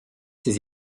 ses